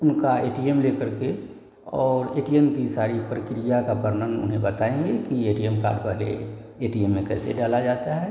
उनका A T M ले करके और ए टी एम की सारी प्रक्रिया का वर्णन उन्हें बताएँगे कि यह ए टी एम कहाँ पर है ए टी एम में कैसे डाला जाता है